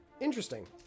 interesting